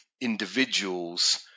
individuals